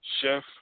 Chef